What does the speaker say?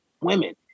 women